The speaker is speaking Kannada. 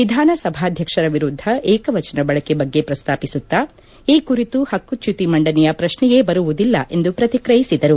ವಿಧಾನಸಭಾಧ್ವಕ್ಷರ ವಿರುದ್ಧ ಏಕವಜನ ಬಳಕೆ ಬಗ್ಗೆ ಪ್ರಸ್ತಾಪಿಸುತ್ತ ಈ ಕುರಿತು ಪಕ್ಕುಚ್ಕುತಿ ಮಂಡನೆಯ ಪ್ರಕ್ಷೆಯೇ ಬರುವುದಿಲ್ಲ ಎಂದು ಪ್ರತಿಕ್ರಿಯಿಸಿದರು